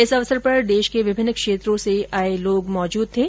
इस अवसर पर देश के विभिन्न क्षेत्रों के लोग मौजूद थे